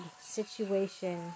situation